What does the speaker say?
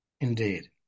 Indeed